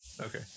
okay